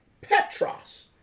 Petros